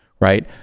right